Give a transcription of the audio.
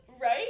Right